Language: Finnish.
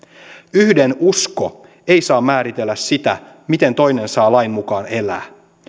yhden usko ei saa määritellä sitä miten toinen saa lain mukaan elää